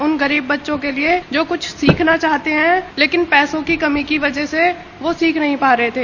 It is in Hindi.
उन गरीब बच्चों के लिए जो कुछ सीखना चाहते हैं लेकिन पैसों की कमी की वजह से सीख नहीं पा रहे हैं